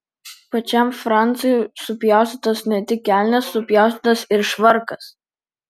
pačiam francui supjaustytos ne tik kelnės supjaustytas ir švarkas